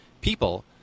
people